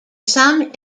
some